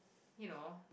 you know